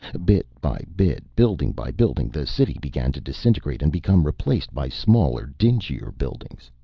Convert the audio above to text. bit by bit, building by building, the city began to disintegrate and become replaced by smaller, dingier buildings.